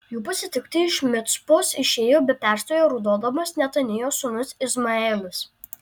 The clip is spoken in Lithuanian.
jų pasitikti iš micpos išėjo be perstojo raudodamas netanijos sūnus izmaelis